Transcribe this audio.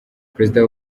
perezida